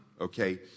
Okay